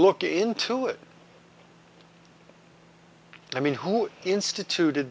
look into it i mean who instituted